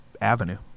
avenue